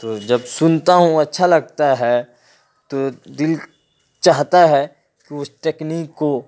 تو جب سنتا ہوں اچھا لگتا ہے تو دل چاہتا ہے کہ اس ٹیکنیک کو